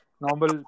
normal